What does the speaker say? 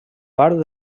part